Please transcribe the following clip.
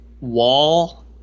wall